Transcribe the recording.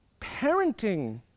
parenting